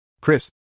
Chris